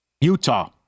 Utah